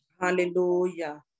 hallelujah